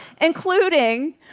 including